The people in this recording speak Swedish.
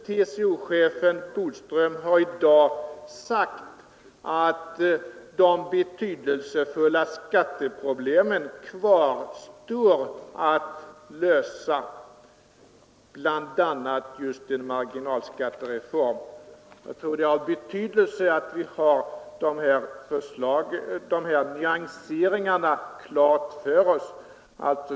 TCO-chefen Bodström har i dag sagt att betydelsefulla skatteproblem kvarstår att lösa, bl.a. just en marginalskattereform. Jag tror det är av betydelse att vi har de här preciseringarna klara för oss.